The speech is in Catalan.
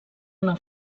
una